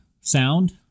Sound